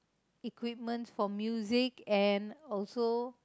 equipment for music and also